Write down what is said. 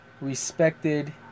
respected